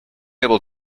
able